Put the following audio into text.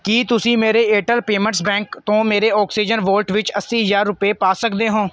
ਕੀ ਤੁਸੀਂ ਮੇਰੇ Airtel payments bank ਤੋਂ ਮੇਰੇ ਆਕਸੀਜਨ ਵਾਲਟ ਵਿੱਚ ਅੱਸੀ ਹਜ਼ਾਰ ਰੁਪਏ ਪਾ ਸਕਦੇ ਹੋ